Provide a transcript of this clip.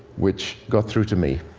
which got through to me.